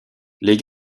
les